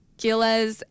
Gilles